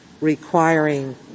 requiring